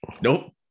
Nope